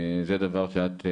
זה דבר שאת,